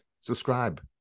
Subscribe